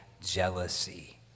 jealousy